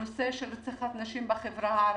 הנושא של רציחת נשים בחברה הערבית.